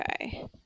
Okay